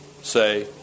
say